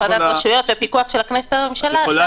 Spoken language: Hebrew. הפרדת רשויות ופיקוח של הכנסת על הממשלה זה